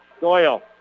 Doyle